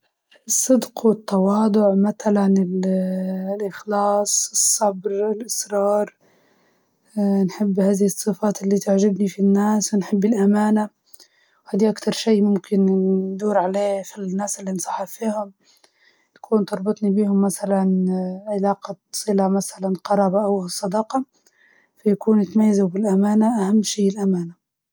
أكتر شي يعجبني في الناس هو الصدق والإحترام، لما الشخص يكون صريح ومخلص في تعامله مع الناس يكون عنده قيمة كبيرة عندي، بس نحس الإيجابية والمثابرة من صفات اللي تلفت إنتباهي.